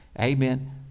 amen